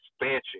expansion